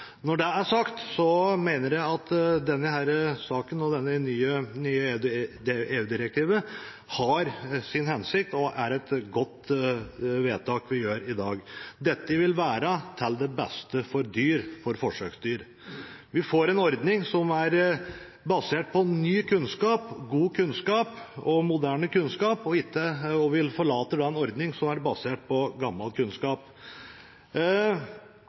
Når det er sagt, mener jeg at denne saken om det nye EU-direktivet har en hensikt, og at det er et godt vedtak vi gjør i dag. Dette vil være til beste for forsøksdyr. Vi får en ordning som er basert på ny, god og moderne kunnskap, og vi forlater en ordning som er basert på gammel kunnskap.